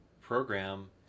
program